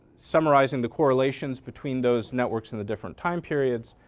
summarizing the correlations between those networks and the different time periods.